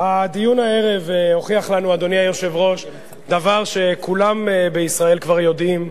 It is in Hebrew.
הדיון הערב הוכיח לנו דבר שכולם בישראל כבר יודעים: